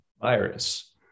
virus